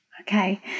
Okay